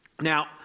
Now